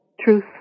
truth